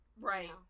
Right